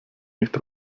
nicht